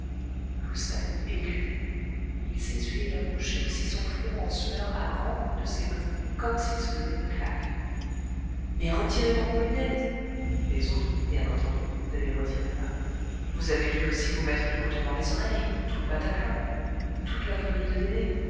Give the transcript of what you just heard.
écumait il s'essuyait la bouche et aussi son front en sueur à grands coups de ses mains comme s'il se donnait des claques mais retirez donc vos lunettes les autres bien entendu ne les retiraient pas vous avez dû aussi vous mettre du coton dans les oreilles tout le bataclan toute la folie de dédé